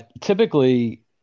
Typically